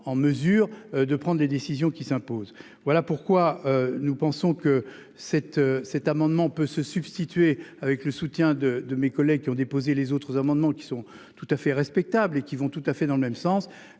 En mesure de prendre des décisions qui s'imposent. Voilà pourquoi nous pensons que cet cet amendement peut se substituer, avec le soutien de de mes collègues qui ont déposé les autres amendements qui sont tout à fait respectable et qui vont tout à fait dans le même sens